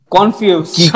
Confused